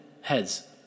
heads